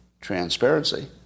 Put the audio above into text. transparency